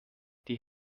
die